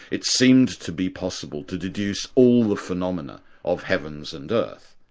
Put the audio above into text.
it seems to be possible to deduce all the phenomena of heavens and earth.